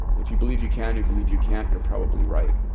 if you believe you can, you believe you can't, you're probably right.